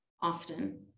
often